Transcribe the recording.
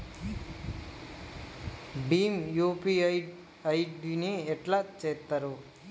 Bhim UPI ID ని ఎట్లా చేత్తరు?